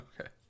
Okay